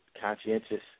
conscientious